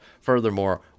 furthermore